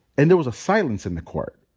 and there was a silence in the court.